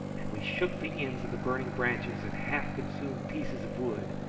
and we shook the ends of the burning branches and half-consumed pieces of wood,